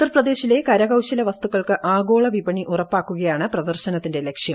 ഉത്തർപ്രദേശിലെ കരക്ക്ഇൾല വസ്തുക്കൾക്ക് ആഗോള വിപണി ഉറപ്പാക്കുകയാണ് പ്രദർശനുത്തിന്റെ ലക്ഷ്യം